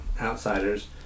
outsiders